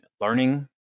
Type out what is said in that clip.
learning